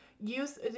use